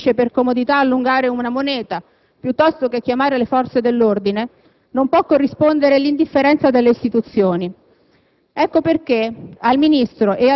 All'indifferenza di chi passa e preferisce per comodità allungare una moneta, piuttosto che chiamare le forze dell'ordine, non può corrispondere l'indifferenza delle istituzioni.